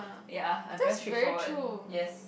ya I very straight forward yes